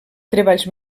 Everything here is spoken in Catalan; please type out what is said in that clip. treballs